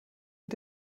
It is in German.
mit